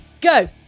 Go